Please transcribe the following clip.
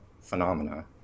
phenomena